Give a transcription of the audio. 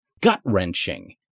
gut-wrenching